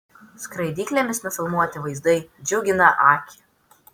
skraidyklėmis nufilmuoti vaizdai džiugina akį